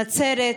נצרת,